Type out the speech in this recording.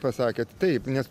pasakėt taip nes